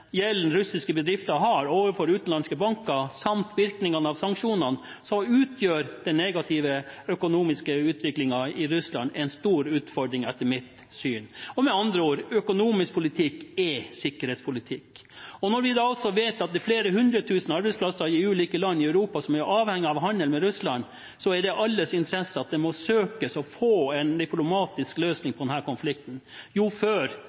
gjelden russiske bedrifter har til utenlandske banker, samt virkningene av sanksjonene, utgjør den negative økonomiske utviklingen i Russland en stor utfordring, etter mitt syn. Med andre ord: Økonomisk politikk er sikkerhetspolitikk. Når vi da vet at det er flere hundre tusen arbeidsplasser i ulike land i Europa som er avhengig av handel med Russland, er det i alles interesse at det må søkes å få en diplomatisk løsning av denne konflikten jo før,